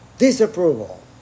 Disapproval